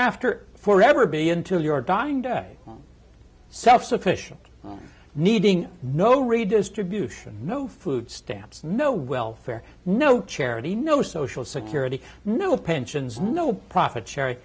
after for ever be until your dying day self sufficient needing no redistribution no food stamps no welfare no charity no social security no pensions no profit sharing